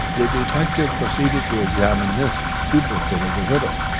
the detective proceeded to examine this duplicate of the riddle.